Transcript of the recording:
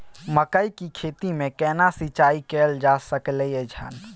मकई की खेती में केना सिंचाई कैल जा सकलय हन?